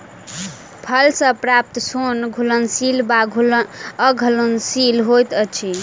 फल सॅ प्राप्त सोन घुलनशील वा अघुलनशील होइत अछि